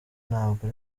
ntabwo